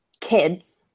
kids